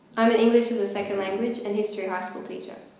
i'm an english as a second language and history high school teacher.